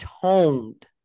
toned